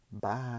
Bye